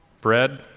Bread